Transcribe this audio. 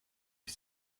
ich